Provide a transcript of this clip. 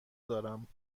دارم